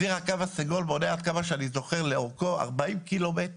ציר הקו הסגול מונה עד כמה שאני זוכר לאורכו 40 קילומטר,